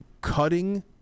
cutting